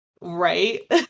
Right